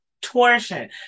torsion